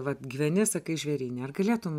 vat gyveni sakai žvėryne ar galėtum